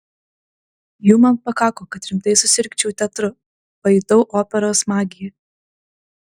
jų man pakako kad rimtai susirgčiau teatru pajutau operos magiją